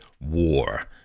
war